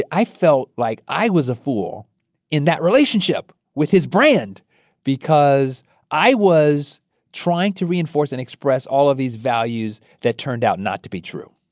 i felt like i was a fool in that relationship with his brand because i was trying to reinforce and express all of these values that turned out not to be true